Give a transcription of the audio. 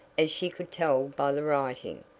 as she could tell by the writing,